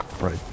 Right